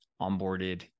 onboarded